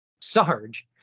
Sarge